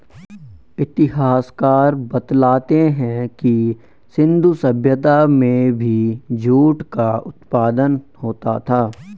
इतिहासकार बतलाते हैं कि सिन्धु सभ्यता में भी जूट का उत्पादन होता था